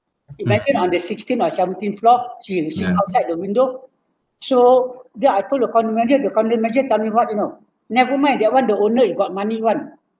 the maid stand on the sixteen or seventeen floor she she outside the window so then I pull the condo manager the condo manager tell me what you know never mind that [one] the owner they got money [one]